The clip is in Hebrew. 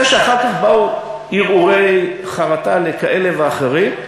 זה שאחר כך באו הרהורי חרטה לכאלה ואחרים,